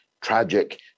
Tragic